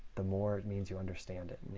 the more it means you understand it,